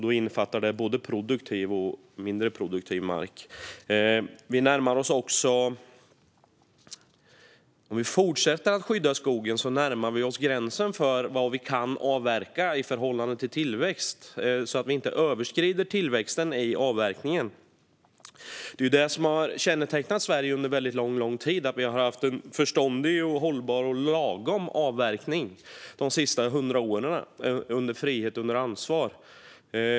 Det innefattar både produktiv och mindre produktiv mark. Om vi fortsätter att skydda skogen närmar vi oss gränsen för vad vi kan avverka i förhållande till tillväxt, så att vi inte överskrider tillväxten genom avverkning. Att Sverige har haft en förståndig, hållbar och lagom avverkning har ju kännetecknat vårt land under väldigt lång tid, åtminstone under de senaste hundra åren. Det har varit frihet under ansvar.